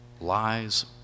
lies